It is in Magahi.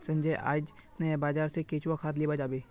संजय आइज बाजार स केंचुआ खाद लीबा जाबे